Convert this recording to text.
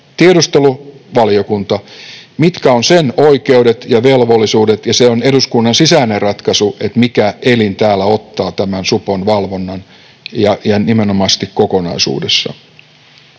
tiedusteluvaliokunnan oikeudet ja velvollisuudet, ja se on eduskunnan sisäinen ratkaisu, mikä elin täällä ottaa tämän supon valvonnan ja nimenomaisesti kokonaisuudessaan,